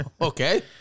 okay